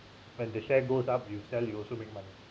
when the share goes up you sell you also make money